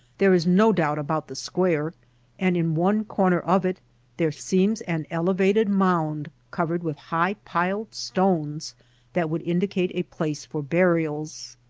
there is no doubt about the square and in one corner of it there seems an elevated mound covered with high-piled stones that would indicate a place for burials.